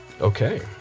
Okay